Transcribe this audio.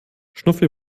schnuffi